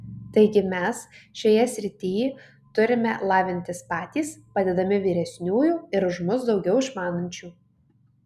taigi mes šioje srityj turime lavintis patys padedami vyresniųjų ir už mus daugiau išmanančių